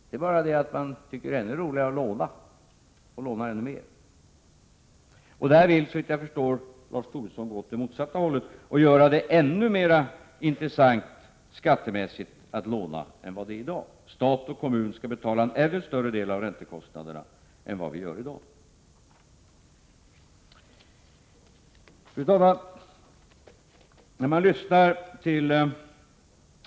Det är bara det att man tycker det är ännu roligare att låna och lånar ännu mer. Där vill, såvitt jag förstår, Lars Tobisson gå åt det motsatta hållet och göra det skattemässigt ännu mer intressant att låna än vad det är i dag — stat och kommun skall betala en ännu större del av räntekostnaderna än i dag. Fru talman!